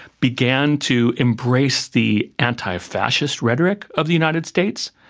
began to embrace the antifascist rhetoric of the united states,